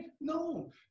No